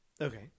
okay